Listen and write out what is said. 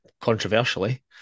controversially